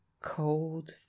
cold